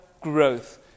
growth